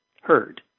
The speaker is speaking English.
heard